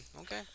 Okay